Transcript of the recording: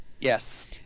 Yes